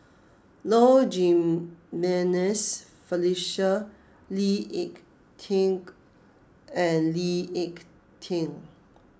Low Jimenez Felicia Lee Ek Tieng and Lee Ek Tieng